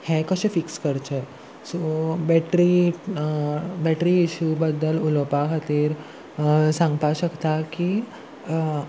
हें कशें फिक्स करचे सो बॅटरी बॅटरी इश्यू बद्दल उलोवपा खातीर सांगपा शकता की